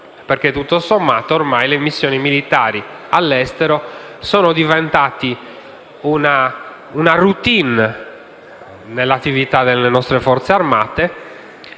vuole. Tutto sommato, le missioni militari all'estero sono ormai diventate una *routine* nell'attività delle nostre Forze armate,